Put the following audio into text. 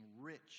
rich